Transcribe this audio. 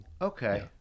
Okay